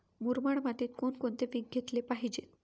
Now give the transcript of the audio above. मुरमाड मातीत कोणकोणते पीक घेतले पाहिजे?